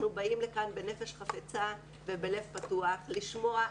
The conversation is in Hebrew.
אנחנו באים לכאן בנפש חפצה ובלב פתוח לשמוע.